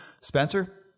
Spencer